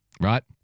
right